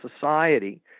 society